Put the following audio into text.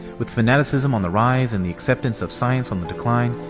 with fanaticism on the rise and the acceptance of science on the decline,